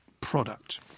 product